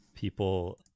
People